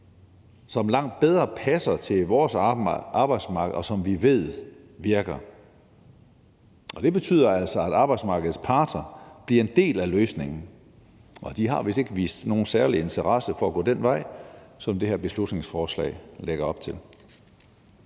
som langt bedre passer til vores arbejdsmarked, og som vi ved virker. Det betyder altså, at arbejdsmarkedets parter bliver en del af løsningen, og de har vist ikke vist nogen særlig interesse for at gå den vej, som det her beslutningsforslag lægger op til.